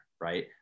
right